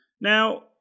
Now